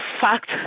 fact